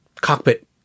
cockpit